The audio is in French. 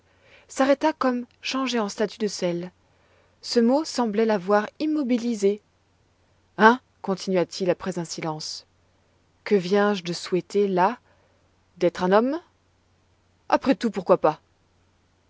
s'arrêta comme changé en statue de sel ce mot semblait l'avoir immobilisé hein continua-t-il après un silence que viens-je de souhaiter là d'être un homme après tout pourquoi pas